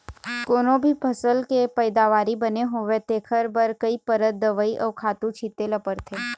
कोनो भी फसल के पइदावारी बने होवय तेखर बर कइ परत दवई अउ खातू छिते ल परथे